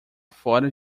fora